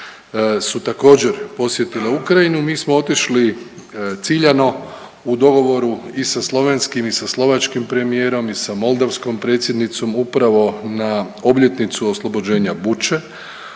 su također posjetile Ukrajinu. Mi smo otišli ciljano u dogovoru i sa slovenskim i sa slovačkim premijerom i sa moldavskom predsjednicom, upravo na obljetnicu oslobođenja Buče